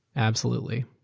absolutely.